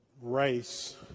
race